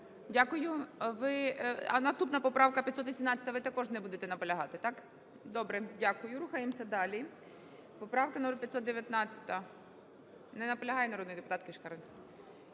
Ви... А наступна, поправка 518, ви також не будете наполягати, так? Добре. Дякую. Рухаємося далі. Поправка номер 519. Не наполягає народний депутатКишкар.